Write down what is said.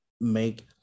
make